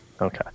Okay